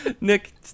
nick